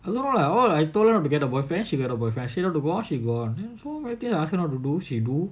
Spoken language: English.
a lot lah all I told her not to get a boyfriend she got a boyfriend I tell her not to go out she go out all the things I ask her not to do she do